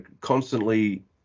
constantly